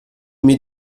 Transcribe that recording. mir